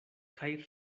kaj